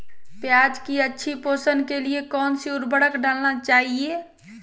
प्याज की अच्छी पोषण के लिए कौन सी उर्वरक डालना चाइए?